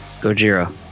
Gojira